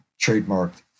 trademarked